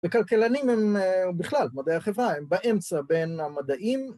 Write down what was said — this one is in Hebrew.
וכלכלנים הם בכלל, מדעי החברה, הם באמצע בין המדעים